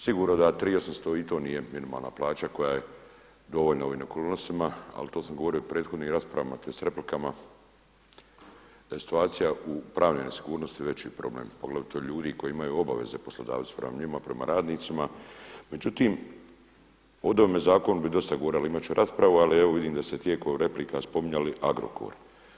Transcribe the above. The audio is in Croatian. Sigurno da 3.800 i to nije minimalna plaća koja je dovoljna u ovim okolnostima, ali to sam govorio u prethodnim raspravama tj. replikama da je situacija u pravnoj nesigurnosti veći problem poglavito ljudi koji imaju obavezu poslodavcu prema njima prema radnicima, međutim o ovome zakonu bi dosta govorio ali imat ću raspravu, ali vidim da se tijekom replika spominjali Agrokor.